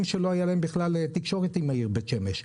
שלא הייתה להם בכלל תקשורת עם העיר בית שמש.